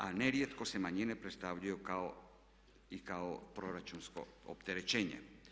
A nerijetko se manjine predstavljaju i kao proračunsko opterećenje.